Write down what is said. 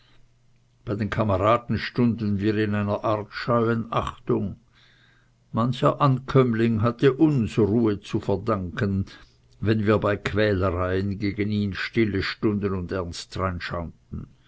bei den kameraden stunden wir in einer art scheuen achtung mancher ankömmling hatte uns ruhe zu verdanken wenn wir bei quälereien gegen ihn stille stunden und ernst darein